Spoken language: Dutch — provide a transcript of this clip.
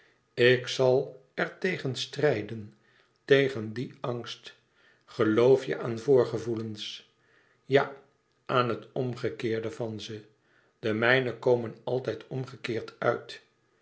ik zal er tegen strijden tegen dien angst geloof je aan voorgevoelens ja aan het omgekeerde van ze de mijne komen altijd omgekeerd uit